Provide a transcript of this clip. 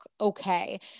okay